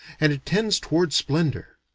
and it tends toward splendor.